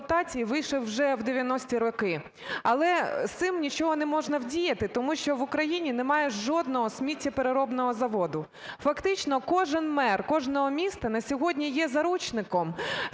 вже в 90-і роки. Але з цим нічого не можна вдіяти, тому що в Україні немає жодного сміттєпереробного заводу. Фактично кожен мер кожного міста на сьогодні є заручником